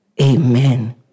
Amen